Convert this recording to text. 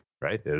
right